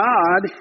God